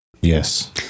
Yes